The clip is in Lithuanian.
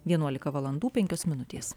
vienuolika valandų penkios minutės